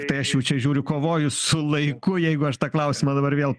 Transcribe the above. tiktai aš jau čia žiūriu kovoju su laiku jeigu aš tą klausimą dabar vėl